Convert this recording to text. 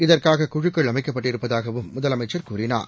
இதற்காக குழுக்கள் அமைக்கப்பட்டிருப்பதாகவும் முதலமைச்சர் கூறினார்